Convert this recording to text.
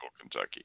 Kentucky